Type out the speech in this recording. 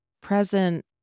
present